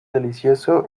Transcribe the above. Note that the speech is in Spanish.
delicioso